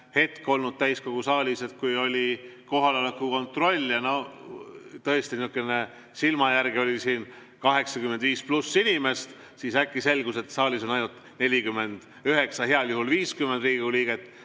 hetk olnud täiskogu saalis, et kui oli kohaloleku kontroll ja no tõesti silma järgi oli siin 85+ inimest, siis äkki selgus, et saalis on ainult 49, heal juhul 50 Riigikogu liiget.